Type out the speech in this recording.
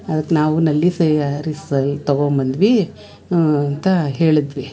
ಅದಕ್ಕೆ ನಾವು ನಲ್ಲಿ ಸ್ಯಾರೀಸಲ್ಲಿ ತೊಗೊಂಡ್ಬಂದ್ವಿ ಅಂತ ಹೇಳಿದ್ವಿ